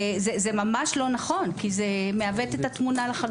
זה לא נכון כי זה מעוות את התמונה לחלוטין.